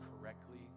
correctly